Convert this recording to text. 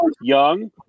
young